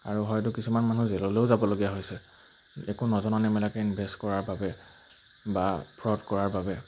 আৰু হয়তো কিছুমান মানুহ জেললৈও যাবলগীয়া হৈছে একো নজনা নেমেলাকৈ ইনভেষ্ট কৰাৰ বাবে বা ফ্ৰড কৰাৰ বাবে